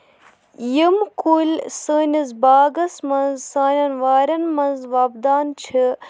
یِم کُلۍ سٲنِس باغس منٛز سانٮ۪ن واریٚن منٛز وۄپدان چھِ